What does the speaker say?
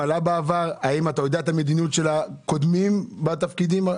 האם אתה יודע את המדיניות של הקודמים בתפקידים?